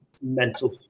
Mental